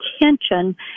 attention